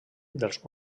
dels